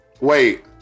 wait